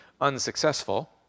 unsuccessful